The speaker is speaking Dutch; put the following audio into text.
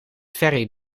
ferry